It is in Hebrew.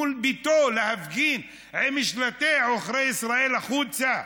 מול ביתו, להפגין עם שלטים: עוכרי ישראל החוצה.